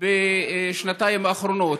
בשנתיים האחרונות.